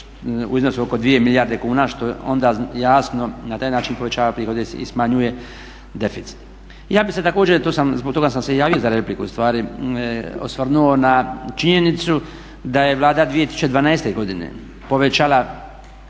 u iznosu od oko 2 milijarde kuna što je onda jasno na taj način povećava prihode i smanjuje deficit. Ja bih se također, i zbog toga sam se i javio za repliku, ustvari osvrnuo na činjenicu da je Vlada 2012.godine povećala